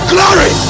Glory